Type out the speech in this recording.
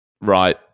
right